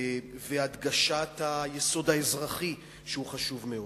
והדגשת היסוד האזרחי שהוא חשוב מאוד.